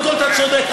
קודם כול אתה צודק,